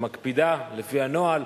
שמקפידה לפי הנוהל.